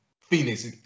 Phoenix